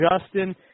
Justin